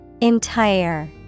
Entire